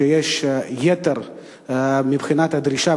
שיש בהם יתר מבחינת הדרישה,